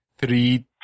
Three